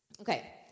Okay